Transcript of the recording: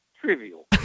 trivial